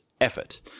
effort